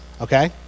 Okay